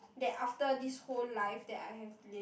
that after this whole life that I have lived